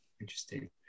interesting